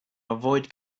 avoid